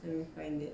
couldn't find it